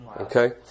Okay